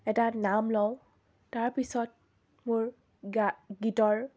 এটা নাম লওঁ তাৰপিছত মোৰ গা গীতৰ